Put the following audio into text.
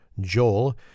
joel